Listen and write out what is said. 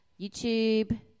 YouTube